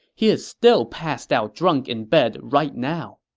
he is still passed out drunk in bed right now.